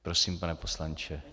Prosím, pane poslanče.